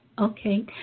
Okay